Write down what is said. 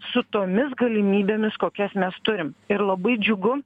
su tomis galimybėmis kokias mes turim ir labai džiugu